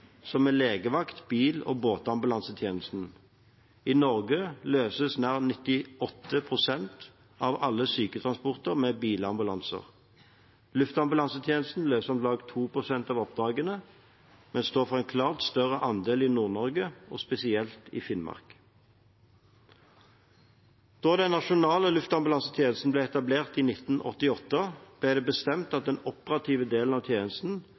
syketransporter med bilambulanser. Luftambulansetjenesten løser om lag 2 pst. av oppdragene, men står for en klart større andel i Nord-Norge og spesielt i Finnmark. Da den nasjonale luftambulansetjenesten ble etablert i 1988, ble det bestemt at den operative delen av tjenesten,